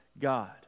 God